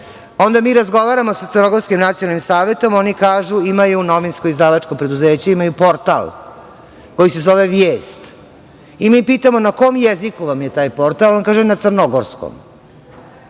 Onda mi razgovaramo sa Crnogorskim nacionalnim savetom oni kažu imaju novinsko-izdavačko preduzeće, imaju portal koji se zove „Vijest“ i mi pitamo – na kom jeziku vam je taj portal? On kaže da je na crnogorskom.